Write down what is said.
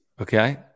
Okay